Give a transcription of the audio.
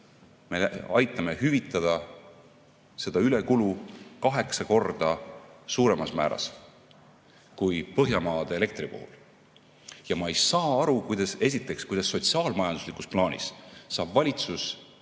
me aitame hüvitada ülekulu kaheksa korda suuremas määras kui Põhjamaade elektri puhul. Ma ei saa aru, esiteks, kuidas sotsiaal-majanduslikus plaanis saab valitsus